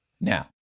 now